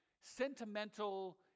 sentimental